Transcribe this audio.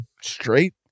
straight